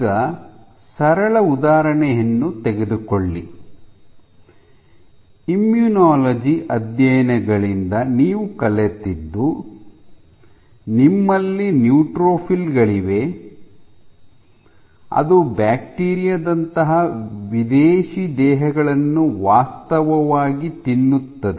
ಈಗ ಸರಳ ಉದಾಹರಣೆಯನ್ನು ತೆಗೆದುಕೊಳ್ಳಿ ಇಮ್ಯುನೊಲಾಜಿ ಅಧ್ಯಯನಗಳಿಂದ ನೀವು ಕಲಿತದ್ದು ನಿಮ್ಮಲ್ಲಿ ನ್ಯೂಟ್ರೋಫಿಲ್ ಗಳಿವೆ ಅದು ಬ್ಯಾಕ್ಟೀರಿಯಾ ದಂತಹ ವಿದೇಶಿ ದೇಹಗಳನ್ನು ವಾಸ್ತವವಾಗಿ ತಿನ್ನುತ್ತದೆ